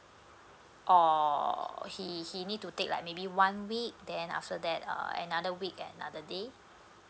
oh he he need to take like maybe one week then after that err another week another day